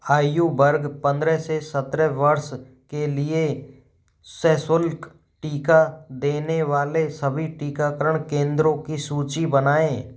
आयु वर्ग पंद्रह से सत्रह वर्ष के लिए सहशुल्क टीका देने वाले सभी टीकाकरण केंद्रों की सूची बनाएँ